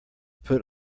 put